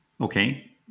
Okay